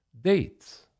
dates